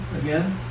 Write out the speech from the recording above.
again